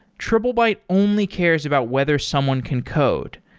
triplebyte only cares about whether someone can code.